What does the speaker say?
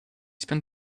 spent